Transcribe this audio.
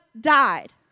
died